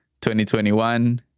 2021